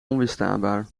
onweerstaanbaar